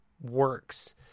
works